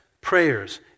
prayers